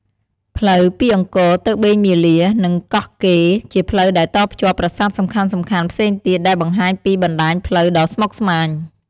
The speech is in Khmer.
ផ្លូវពីអង្គរទៅបេងមាលា និងកោះកេរ្ដិ៍ ជាផ្លូវដែលតភ្ជាប់ប្រាសាទសំខាន់ៗផ្សេងទៀត ដែលបង្ហាញពីបណ្ដាញផ្លូវដ៏ស្មុគស្មាញ។